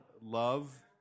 love